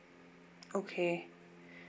okay